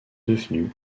devenu